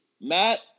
Matt